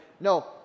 No